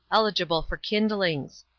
eligible for kindlings.